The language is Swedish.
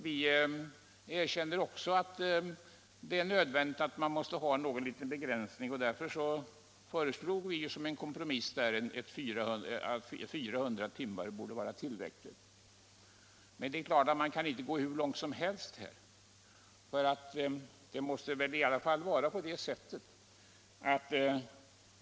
Vi erkänner också att det är nödvändigt med någon liten begränsning. Därför föreslog vi som en kompromiss 400 timmar. Men det är klart att man inte kan gå hur långt som helst här.